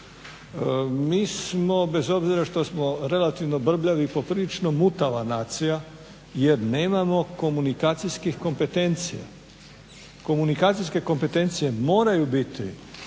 Mi smo bez obzira što smo relativno brbljavi poprilično mutava nacija jer nemamo komunikacijskih kompetencija. Komunikacijske kompetencije moraju biti